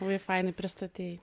labai fainai nepristatei